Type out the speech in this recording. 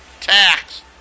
tax